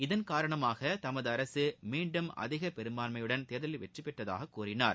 இதன்காரணமாக தமது அரசு மீண்டும் அதிக பெரும்பான்மையுடன் தேர்தலில் வெற்றி பெற்றதாக கூறினார்